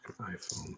iPhone